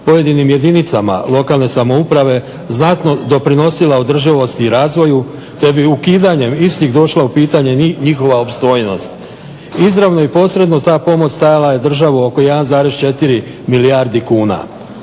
pojedinim jedinicama lokalne samouprave znatno doprinosila održivosti i razvoju te bi ukidanjem istih došla u pitanje njihova opstojnost. Izravno i posredno ta pomoć stajala je državu oko 1,4 milijardi kuna.